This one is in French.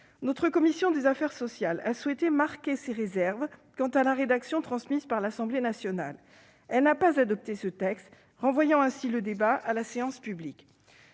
Notre commission des affaires sociales a souhaité marquer ses réserves quant à la rédaction transmise par l'Assemblée nationale. Elle n'a pas adopté ce texte, renvoyant ainsi le débat à la séance publique.